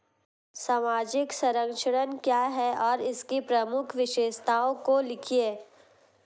सामाजिक संरक्षण क्या है और इसकी प्रमुख विशेषताओं को लिखिए?